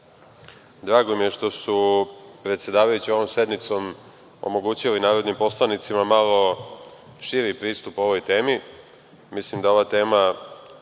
drago mi je što su predsedavajući ovom sednicom omogućili narodnim poslanicima malo širi pristup ovoj temi. Mislim da ova tema